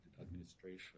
administration